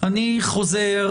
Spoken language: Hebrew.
אני אחזור,